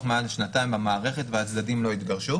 מעל שנתיים במערכת והצדדים לא התגרשו